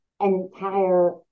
entire